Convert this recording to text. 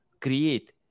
create